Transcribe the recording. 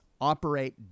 operate